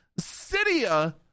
Cydia